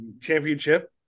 championship